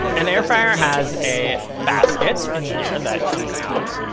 an air fryer has a basket in here and that comes out,